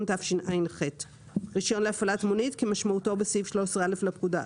התשע"ח; "רישיון להפעלת מונית" כמשמעותו בסעיף 13א לפקודה,